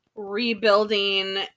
rebuilding